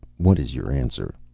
what is your answer?